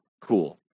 cool